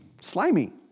slimy